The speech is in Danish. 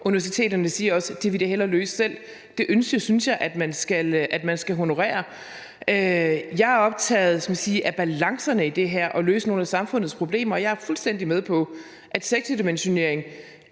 universiteterne siger også, at det vil de hellere løse selv. Det ønske synes jeg at man skal honorere. Jeg er optaget af, skal vi sige, balancerne i det her og at løse nogle af samfundets problemer. Og jeg er fuldstændig med på, at sektordimensionering